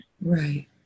Right